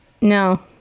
no